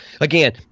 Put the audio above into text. again